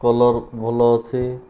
colour ଭଲ ଅଛି